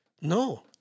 No